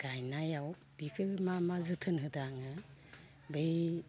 गायनायाव बिखो मा मा जोथोन होदो आङो बै